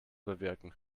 bewirken